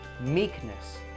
meekness